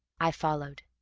i followed.